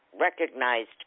recognized